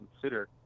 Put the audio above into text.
consider